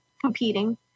competing